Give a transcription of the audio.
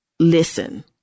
Listen